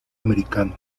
americano